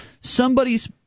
somebody's